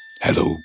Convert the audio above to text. Hello